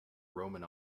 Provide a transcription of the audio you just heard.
roman